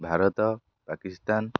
Bharat Pakistan